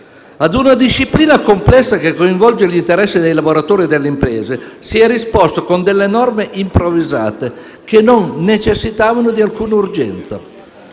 Ad una disciplina complessa, che coinvolge gli interessi dei lavoratori e delle imprese, si è risposto con norme improvvisate che non necessitavano di alcuna urgenza.